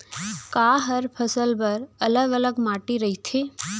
का हर फसल बर अलग अलग माटी रहिथे?